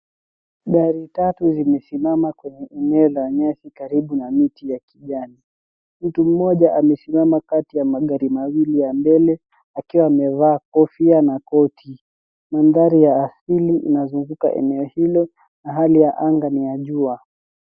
Gari tatu zimesimama kwenye eneo la nyasi karibu na miti ya kijani. Mtu mmoja amesimama kati ya magari mawili ya mbele, akiwa amevaa kofia na koti. Mandhari ya asili inazunguka eneo hilo, na hali ya anga ni la jua.